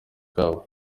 kabo